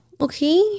okay